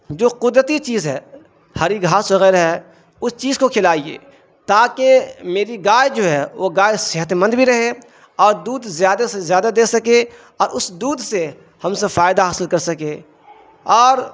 جو قدرتی چیز ہے ہری گھاس وغیرہ ہے اس چیز کو کھلائیے تاکہ میری گائے جو ہے وہ گائے صحت مند بھی رہے اور دودھ زیادہ سے زیادہ دے سکے اور اس دودھ سے ہم سب فائدہ حاصل کر سکے اور